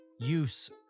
use